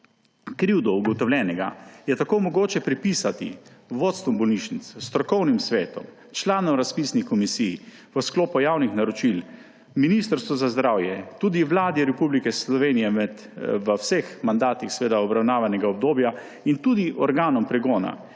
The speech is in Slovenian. krivdo ugotovljenega je tako mogoče pripisati vodstvu bolnišnic, strokovnim svetom, članom razpisnih komisij v sklopu javnih naročil, Ministrstvu za zdravje, tudi Vladi Republike Slovenije, seveda v vseh mandatih obravnavanega obdobja, in tudi organom pregona,